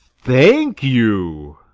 thank you,